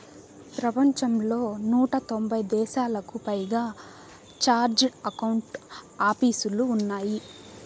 ప్రపంచంలో నూట తొంభై దేశాలకు పైగా చార్టెడ్ అకౌంట్ ఆపీసులు ఉన్నాయి